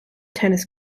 tennis